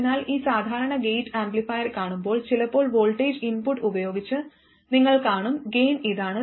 അതിനാൽ ഈ സാധാരണ ഗേറ്റ് ആംപ്ലിഫയർ കാണുമ്പോൾ ചിലപ്പോൾ വോൾട്ടേജ് ഇൻപുട്ട് ഉപയോഗിച്ച് നിങ്ങൾ കാണും ഗൈൻ ഇതാണ്